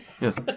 Yes